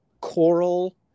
coral